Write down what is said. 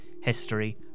history